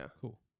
cool